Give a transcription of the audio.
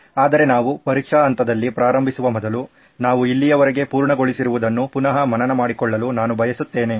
ಆದರೆ ನಾವು ಪರೀಕ್ಷಾ ಹಂತದಲ್ಲಿ ಪ್ರಾರಂಭಿಸುವ ಮೊದಲು ನಾವು ಇಲ್ಲಿಯವರೆಗೆ ಪೂರ್ಣಗೊಳಿಸಿರುವುದನ್ನು ಪುನಃ ಮನನ ಮಾಡಿಕೊಳ್ಳಲು ನಾನು ಬಯಸುತ್ತೇನೆ